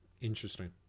Interesting